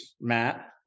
Matt